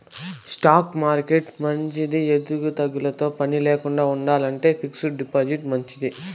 stock మార్కెట్టులో మాదిరి ఎచ్చుతగ్గులతో పనిలేకండా ఉండాలంటే ఫిక్స్డ్ డిపాజిట్లు మంచియి